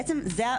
בעצם, זה הבעיה.